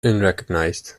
unrecognized